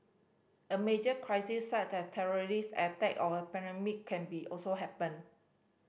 a major crisis such as terrorist attack or a pandemic can be also happen